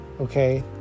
okay